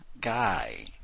guy